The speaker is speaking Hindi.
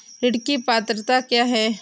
ऋण की पात्रता क्या है?